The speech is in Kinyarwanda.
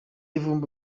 vumbi